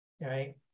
right